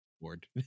board